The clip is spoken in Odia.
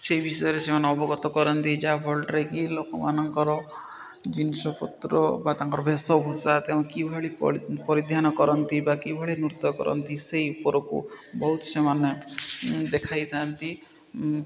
ସେଇ ବିଷୟରେ ସେମାନେ ଅବଗତ କରନ୍ତି ଯାହାଫଳରେ କି ଲୋକମାନଙ୍କର ଜିନିଷପତ୍ର ବା ତାଙ୍କର ଭେଷଭୁସା କିଭଳି ପରିଧାନ କରନ୍ତି ବା କିଭଳି ନୃତ୍ୟ କରନ୍ତି ସେଇ ଉପରକୁ ବହୁତ ସେମାନେ ଦେଖାଇଥାନ୍ତି